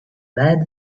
lead